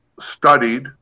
studied